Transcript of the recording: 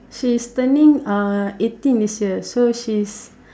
she's turning uh eighteen this year so she's